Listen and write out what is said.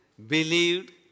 Believed